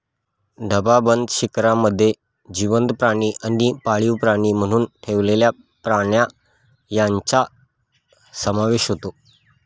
डबाबंद शिकारमध्ये जिवंत प्राणी आणि पाळीव प्राणी म्हणून ठेवलेले प्राणी यांचा समावेश होतो